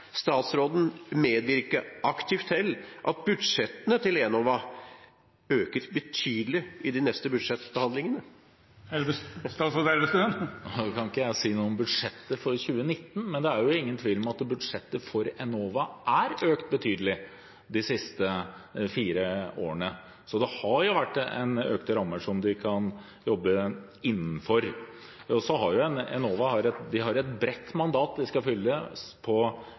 statsråden medvirke aktivt til at budsjettene til Enova øker betydelig i de neste budsjettbehandlingene? Nå kan ikke jeg si noe om budsjettet for 2019, men det er ingen tvil om at budsjettet for Enova er økt betydelig de siste fire årene, så det har jo vært økte rammer som de kan jobbe innenfor. Enova har et bredt mandat de skal følge på ladeinfrastruktur, også på land, men dette er et